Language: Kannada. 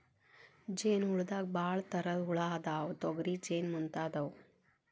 ಜೇನ ಹುಳದಾಗ ಭಾಳ ತರಾ ಹುಳಾ ಅದಾವ, ತೊಗರಿ ಜೇನ ಮುಂತಾದವು